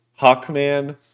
Hawkman